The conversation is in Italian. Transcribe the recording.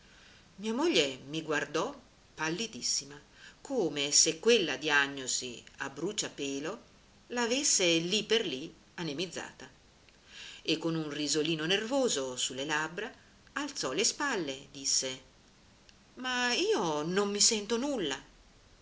mia moglie mi guardò pallidissima cose se quella diagnosi a bruciapelo la avesse lì per lì anemizzata e con un risolino nervoso su le labbra alzò le spalle disse ma io non mi sento nulla